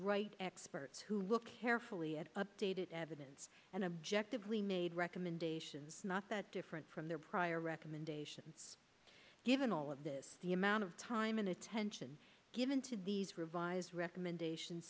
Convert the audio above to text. right experts who look carefully at updated evidence and objective we made recommendations not that different from their prior recommendations given all of this the amount of time and attention given to these revised recommendations